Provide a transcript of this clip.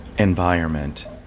Environment